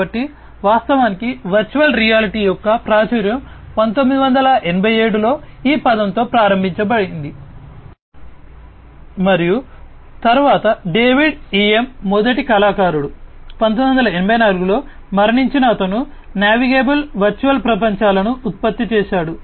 కాబట్టి వాస్తవానికి virtual reality యొక్క ప్రాచుర్యం 1987 లో ఈ పదంతో ప్రారంభమైంది వర్చువల్ రియాలిటీ పదం 1987 లో ప్రారంభమైంది మరియు తరువాత డేవిడ్ EM మొదటి కళాకారుడు 1984 లో మరణించిన అతను నావిగేబుల్ వర్చువల్ ప్రపంచాలను ఉత్పత్తి చేశాడు